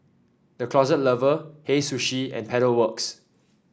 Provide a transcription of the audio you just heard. The Closet Lover Hei Sushi and Pedal Works